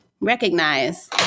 recognize